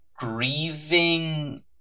grieving